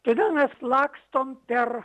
todėl mes lakstom per